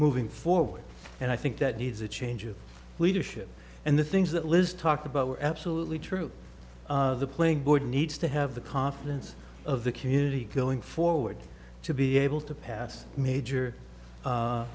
moving forward and i think that needs a change of leadership and the things that liz talked about were absolutely true the playing board needs to have the confidence of the community going forward to be able to pass major